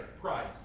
price